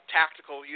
tactical